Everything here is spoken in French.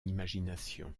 imagination